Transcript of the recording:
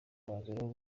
umwanzuro